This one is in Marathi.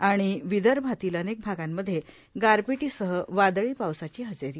आणि विदर्भातील अनेक भागांमध्ये गारपिटीसह वादळी पावसाची हजेरी